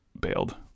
bailed